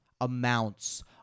amounts